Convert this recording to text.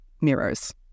mirrors